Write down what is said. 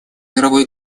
мировой